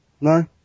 No